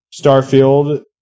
Starfield